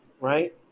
right